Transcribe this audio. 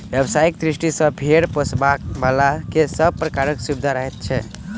व्यवसायिक दृष्टि सॅ भेंड़ पोसयबला के सभ प्रकारक सुविधा रहैत छै